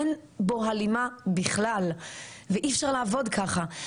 אין בו הלימה בכלל ואי אפשר לעבוד ככה.